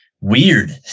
weird